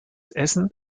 essen